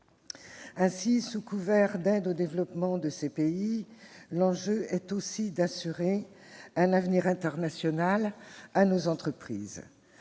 Ainsi, sous couvert d'aide au développement de ces pays, l'enjeu est aussi d'assurer un avenir international à nos entreprises.